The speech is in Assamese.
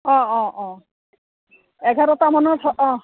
অঁ অঁ অঁ এঘাৰটামানত অঁ